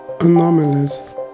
Anomalies